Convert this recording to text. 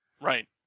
Right